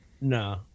No